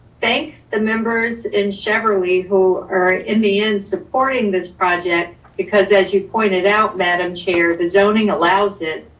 thank the members in cheverly, who are in the end supporting this project because as you pointed out, madam chair, the zoning allows it.